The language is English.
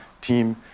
team